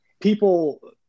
people